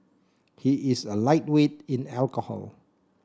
he is a lightweight in alcohol